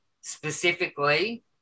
specifically